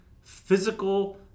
physical